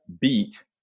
beat